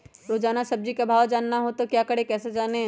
रोजाना सब्जी का भाव जानना हो तो क्या करें कैसे जाने?